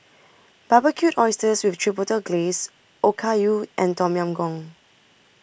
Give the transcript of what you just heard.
Barbecued Oysters with Chipotle Glaze Okayu and Tom Yam Goong